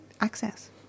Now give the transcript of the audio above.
access